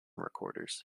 recorders